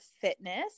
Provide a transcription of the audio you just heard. Fitness